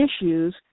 issues